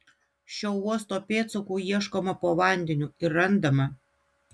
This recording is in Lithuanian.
šio uosto pėdsakų ieškoma po vandeniu ir randama